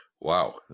Wow